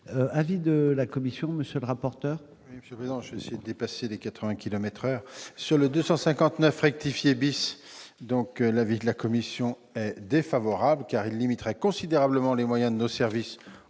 de la commission, monsieur le rapporteur,